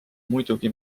muidugi